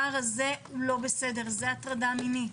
זה לא בסדר, זה הטרדה מינית.